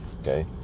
Okay